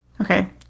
Okay